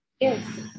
Yes